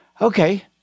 okay